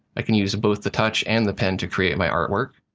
i can use both the touch and the pen to create my artwork.